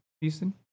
Houston